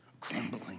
crumbling